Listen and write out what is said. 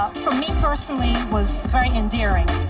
for me personally, was very endearing.